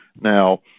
Now